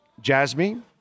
Jasmine